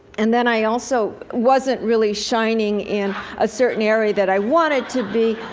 and then, i also wasn't really shining in a certain area that i wanted to be,